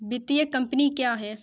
वित्तीय कम्पनी क्या है?